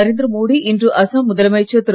நரேந்திர மோடி இன்று அசாம் முதலமைச்சர் திரு